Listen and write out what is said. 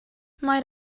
might